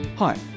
Hi